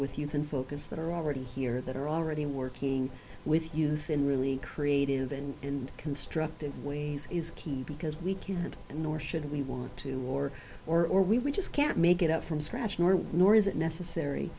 can focus that are already here that are already working with youth in really creative and and constructive ways is key because we can't and nor should we want to war or or we we just can't make it up from scratch nor is it necessary